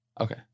Okay